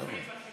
ברשימה.